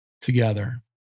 together